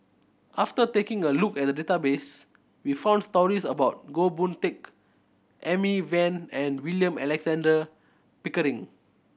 after taking a look at the database we found stories about Goh Boon Teck Amy Van and William Alexander Pickering